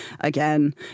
Again